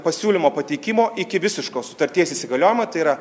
pasiūlymo pateikimo iki visiško sutarties įsigaliojimo tai yra